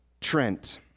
Trent